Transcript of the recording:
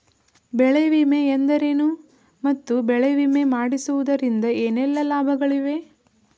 ಬೆಳೆ ವಿಮೆ ಎಂದರೇನು ಮತ್ತು ಬೆಳೆ ವಿಮೆ ಮಾಡಿಸುವುದರಿಂದ ಏನೆಲ್ಲಾ ಲಾಭಗಳಿವೆ?